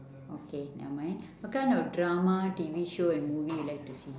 okay never mind what kind of drama T_V show and movie you like to see